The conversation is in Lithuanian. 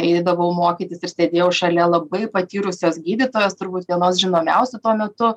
eidavau mokytis ir sėdėjau šalia labai patyrusios gydytojos turbūt vienos žinomiausių tuo metu